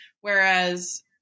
whereas